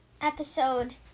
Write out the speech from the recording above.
episode